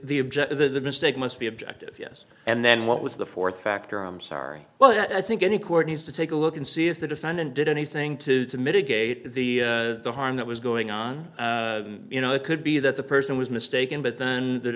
the object of the mistake must be objective yes and then what was the fourth factor i'm sorry well i think any court needs to take a look and see if the defendant did anything to to mitigate the harm that was going on you know it could be that the person was mistaken but the